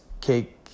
cake